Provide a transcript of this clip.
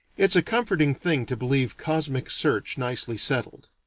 it's a comforting thing to believe cosmic search nicely settled.